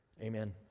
amen